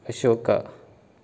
अशोका